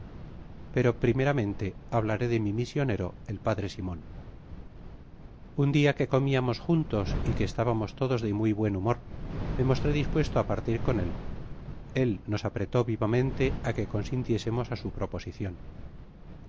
pero primeramente hablaré de mi misionero el p simon un dia que comiamos juntos y que estábamos todos de muy buen humor me mostré dispuesto á partir con él él nos apretó vivamente á que consintiésemos á su proposicion